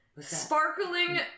sparkling